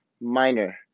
minor